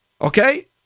Okay